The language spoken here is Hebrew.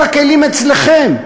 כל הכלים אצלכם,